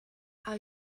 our